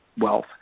wealth